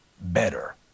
better